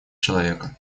человека